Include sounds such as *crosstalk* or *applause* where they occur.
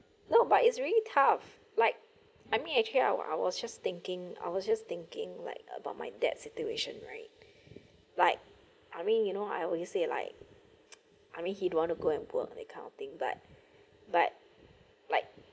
no but it's really tough like I mean actually I was I was just thinking I was just thinking like about my debt situation right *breath* like I mean you know I always say like *noise* I mean he don't want to go and work that kind of thing but *breath* but like